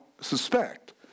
suspect